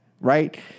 right